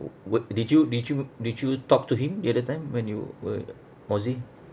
wha~ what did you did you did you talk to him the other time when you were in aussie